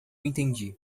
entendi